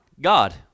god